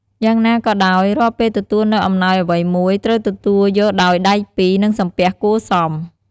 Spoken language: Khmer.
យ៉ាងណាក៏ដោយ រាល់ពេលទទួលនូវអំណោយអ្វីមួយ ត្រូវទទួលយកដោយដៃពីរ និងសំពះគួរសម។